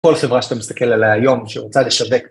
כל חברה שאתה מסתכל עליה היום שרוצה לשווק.